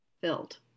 Filled